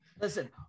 Listen